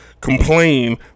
complain